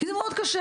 כי זה מאוד קשה.